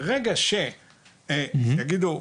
ברגע שיגידו,